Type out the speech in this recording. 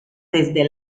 desde